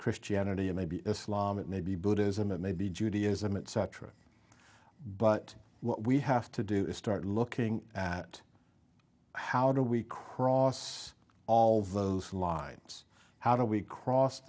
christianity or maybe islam it may be buddhism it may be judaism it cetera but what we have to do is start looking at how do we cross all those lines how do we cross